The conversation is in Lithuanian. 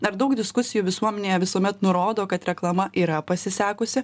ar daug diskusijų visuomenėje visuomet nurodo kad reklama yra pasisekusi